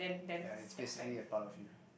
yeah it's basically a part of you